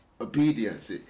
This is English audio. obedience